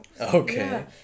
Okay